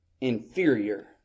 inferior